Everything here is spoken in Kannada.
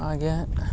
ಹಾಗೆ